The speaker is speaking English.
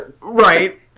Right